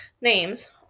Names-